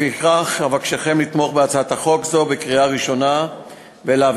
לפיכך אבקשכם לתמוך בהצעת חוק זו בקריאה ראשונה ולהעבירה